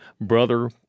Brother